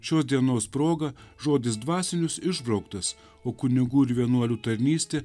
šios dienos proga žodis dvasinius išbrauktas o kunigų ir vienuolių tarnystė